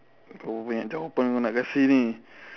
berapa banyak jawapan kau nak kasi ini